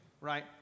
right